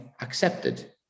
accepted